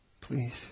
Please